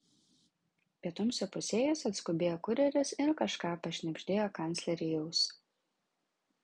pietums įpusėjus atskubėjo kurjeris ir kažką pašnibždėjo kanclerei į ausį